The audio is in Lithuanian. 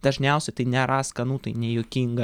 dažniausia tai niara skanu tai nejokinga